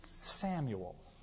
Samuel